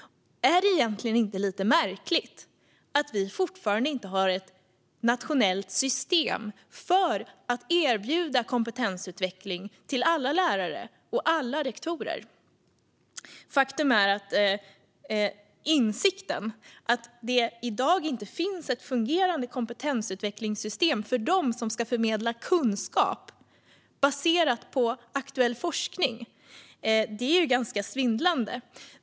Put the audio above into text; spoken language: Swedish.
Är det egentligen inte lite märkligt att vi fortfarande inte har ett nationellt system för att erbjuda kompetensutveckling till alla lärare och alla rektorer? Faktum är att insikten att det i dag inte finns ett fungerande kompetensutvecklingssystem för dem som ska förmedla kunskap baserat på aktuell forskning är ganska svindlande.